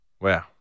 Wow